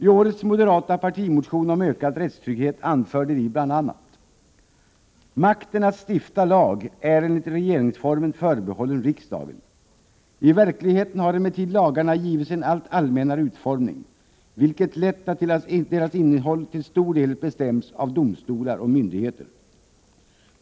I årets moderata partimotion om ökad rättstrygghet anförde vi bl.a.: ”Makten att stifta lag är enligt regeringsformen förbehållen riksdagen. I verkligheten har emellertid lagarna givits en allt allmännare utformning, vilket lett till att deras innehåll till stor del bestäms av domstolar och myndigheter.